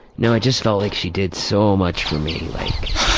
no, i just feel like she did so much for me. like